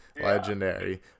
legendary